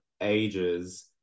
ages